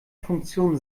funktion